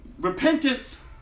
Repentance